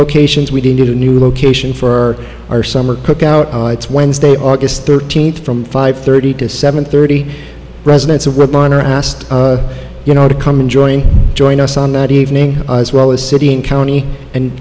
locations we did a new location for our summer cookout it's wednesday august thirteenth from five thirty to seven thirty residents of webinar asked you know to come and join join us on that evening as well as city and county and